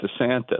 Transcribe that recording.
DeSantis